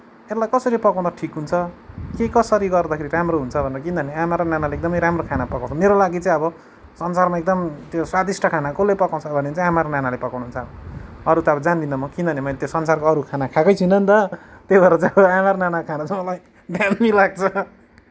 यसलाई कसरी पकाउदा ठिक हुन्छ के कसरी गर्दाखेरि राम्रो हुन्छ भनेर किनभने आमाले र नानाले राम्रो खाना पकाउनुहुन्छ मेरो लागि चाहिँ अब संसारमा एकदम त्यो स्वादिष्ट खाना कसले पकाउछ भन्दाखेरि चाहिँ आमा र नानाले पकाउनु हुन्छ अरू त अब जान्दिनँ म किनभने मैले अब त्यो संसारको अरू खाना खाएकै छैन नि त त्यही भएर चाहिँ आमा र नानाको खाना चाहिँ मलाई दामी लाग्छ